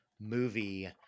movie